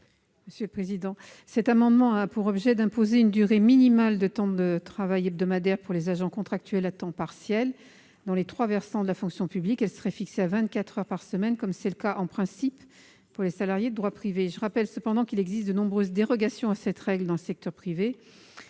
commission ? Cet amendement a pour objet d'imposer une durée minimale de travail hebdomadaire pour les agents contractuels à temps partiel, dans les trois versants de la fonction publique. Elle serait fixée à vingt-quatre heures par semaine, comme c'est le cas, en principe, pour les salariés de droit privé. Je rappelle cependant qu'il existe de nombreuses dérogations à cette règle dans le secteur privé.